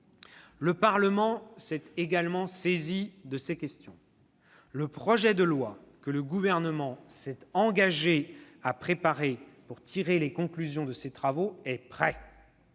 Le Parlement s'est également saisi de ces questions. Le projet de loi que le Gouvernement s'est engagé à préparer pour tirer les conclusions de ces travaux est prêt.